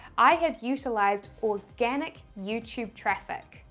i have utilized organic youtube traffic.